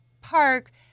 park